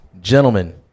gentlemen